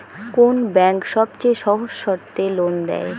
কোন ব্যাংক সবচেয়ে সহজ শর্তে লোন দেয়?